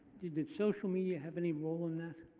did did social media have any role in that?